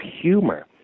humor